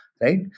right